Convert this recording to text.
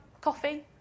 coffee